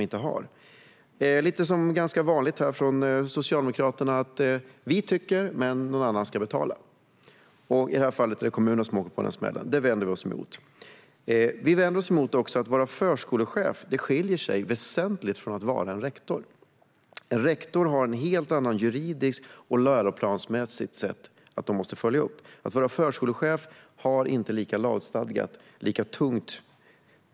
Det är lite som vanligt från Socialdemokraterna: Vi tycker, men någon annan ska betala. I det här fallet är det kommunerna som åker på den smällen. Det vänder vi oss emot. Vi vänder också emot detta eftersom att vara förskolechef skiljer sig väsentligt från att vara rektor. En rektor måste följa upp på ett helt annat sätt, läroplansmässigt och juridiskt sett. Att vara förskolechef är inte lika tungt lagstadgat.